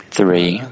Three